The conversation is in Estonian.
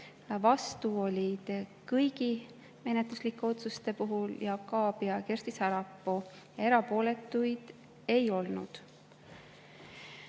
Vastu olid kõigi menetluslike otsuste puhul Jaak Aab ja Kersti Sarapuu. Erapooletuid ei olnud.